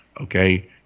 okay